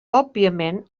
òbviament